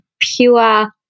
Pure